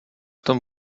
tom